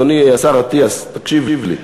אדוני השר אטיאס, תקשיב לי.